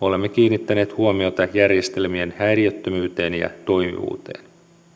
olemme kiinnittäneet huomiota järjestelmien häiriöttömyyteen ja toimivuuteen